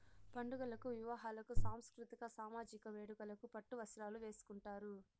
పండుగలకు వివాహాలకు సాంస్కృతిక సామజిక వేడుకలకు పట్టు వస్త్రాలు వేసుకుంటారు